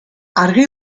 argi